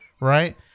right